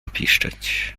piszczeć